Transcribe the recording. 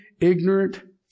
ignorant